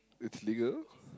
it's legal